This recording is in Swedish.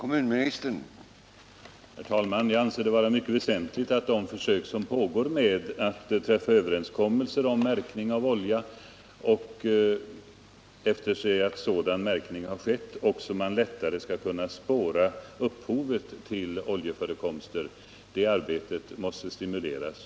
Herr talman! Jag anser det vara mycket väsentligt att fortsätta de försök som pågår med att träffa överenskommelser om märkning av olja liksom att efterse att sådan märkning har skett, så att man skall kunna spåra upphovet till förekomster av oljeutsläpp. Det arbetet måste stimuleras.